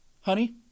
honey